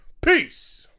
Peace